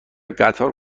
قطار